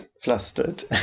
flustered